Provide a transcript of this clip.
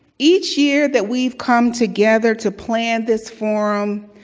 each year that we've come together to plan this forum,